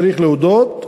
צריך להודות,